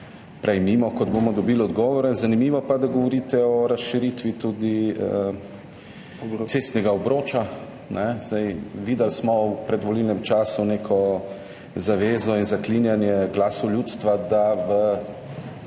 prej mimo, kot bomo dobili odgovore. Zanimivo pa, da govorite o razširitvi tudi cestnega obroča. V predvolilnem času smo videli neko zavezo in zaklinjanje glasu ljudstva, da v